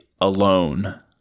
alone